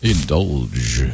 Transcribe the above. Indulge